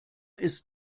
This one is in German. ist